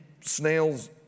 snails